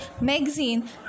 Magazine